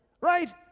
right